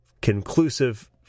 conclusive